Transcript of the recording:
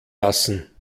lassen